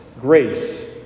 Grace